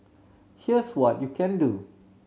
here's what you can do